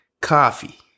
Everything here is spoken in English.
Coffee